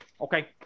Okay